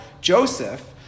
Joseph